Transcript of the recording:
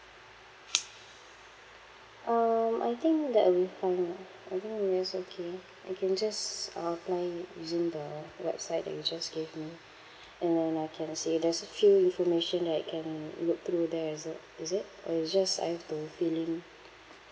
um I think that will be fine lah I think I'm just okay I can just uh apply u~ using the website that you just gave me and then I can say there's a few information that I can look through there is it is it or is just I have to fill in